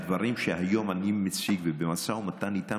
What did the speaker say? הדברים שאני מציג היום ובמשא ומתן איתם,